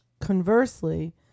Conversely